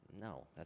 No